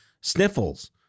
sniffles